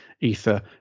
ether